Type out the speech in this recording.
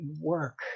work